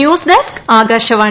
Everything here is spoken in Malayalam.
news desk Akashvani